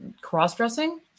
cross-dressing